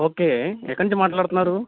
okay ఎక్కడ నుంచి మాట్లాడుతున్నారు